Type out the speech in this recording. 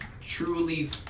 truly